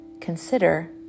Consider